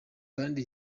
kandi